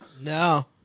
No